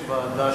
אבל יש ועדה,